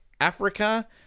Africa